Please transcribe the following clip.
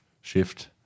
shift